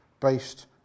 based